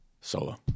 solo